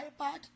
iPad